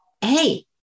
hey